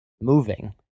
moving